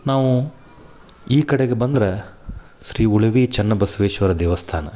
ನಾವು ಈ ಕಡೆಗೆ ಬಂದ್ರೆ ಶ್ರೀ ಉಳವಿ ಚನ್ನಬಸ್ವೇಶ್ವರ ದೇವಸ್ಥಾನ